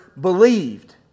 believed